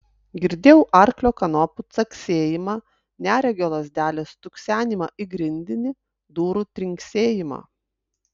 girdėjau arklio kanopų caksėjimą neregio lazdelės stuksenimą į grindinį durų trinksėjimą